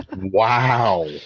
Wow